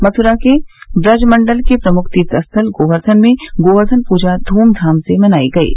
मथुरा के ब्रज मंडल के प्रमुख तीर्थस्थल गोवर्धन में गोवर्धन पूजा धूमधाम से मनाई गयी